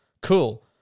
Cool